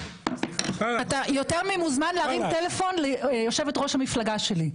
אתה יותר ממוזמן להרים טלפון ליושבת-ראש המפלגה שלי.